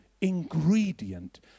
ingredient